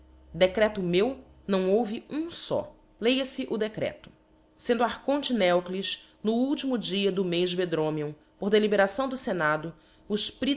decreto meu não houve um fó lea fe o decreto sendo archonte neocles no ultimo dia do mez bo dromion por deliberação do fenado